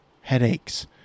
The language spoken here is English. headaches